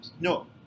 No